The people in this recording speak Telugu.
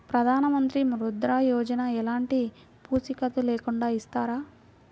ప్రధానమంత్రి ముద్ర యోజన ఎలాంటి పూసికత్తు లేకుండా ఇస్తారా?